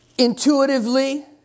Intuitively